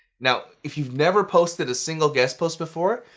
now, if you've never posted a single guest post before,